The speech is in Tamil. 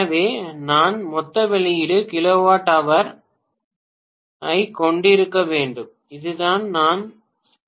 எனவே நான் மொத்த வெளியீடு kWh மொத்த உள்ளீடு kWh ஐ கொண்டிருக்க வேண்டும் இதுதான் நாள் செயல்திறன்